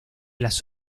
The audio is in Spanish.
las